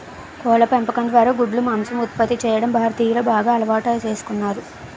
కోళ్ళ పెంపకం ద్వారా గుడ్లు, మాంసం ఉత్పత్తి చేయడం భారతీయులు బాగా అలవాటు చేసుకున్నారు